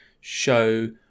show